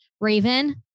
Raven